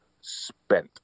spent